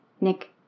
Nick